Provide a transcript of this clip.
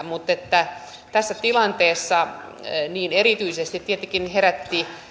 mutta tässä tilanteessa erityisesti tietenkin herätti